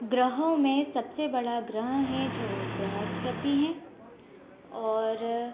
ग्रहों में सबसे बड़ा ग्रह हैं जो बृहस्पति है और